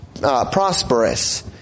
prosperous